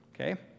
Okay